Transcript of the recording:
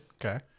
Okay